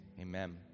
amen